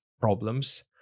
problems